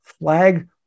flag